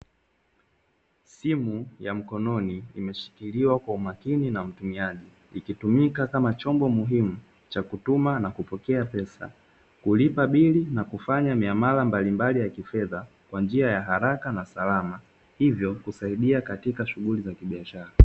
Simu ya mkononi imeshikiliwa kwa umakini na mtumiaji, ikitumika kama chombo muhimu cha kutuma na kupokea pesa, kulipa bili na kufanya miamala mbalimbali ya kifedha kwa njia ya haraka na salama, hivyo kusaidia katika shughuli za kibiashara.